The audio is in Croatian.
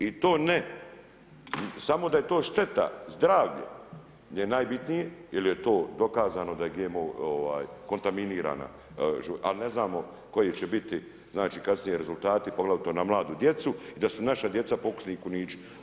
I to ne samo da je to šteta zdravlje je najbitnije jer je to dokazano da je GMO kontaminirana, a ne znamo koje će biti znači, kasnije rezultati poglavito na mladu djecu i da su naša djeca pokusni kunići.